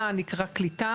מה נקרא קליטה.